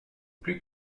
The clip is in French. plus